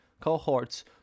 cohorts